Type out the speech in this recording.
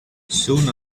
soon